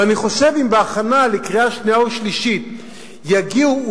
ואני חושב: אם בהכנה לקריאה שנייה ושלישית יגיעו,